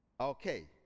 Okay